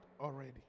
already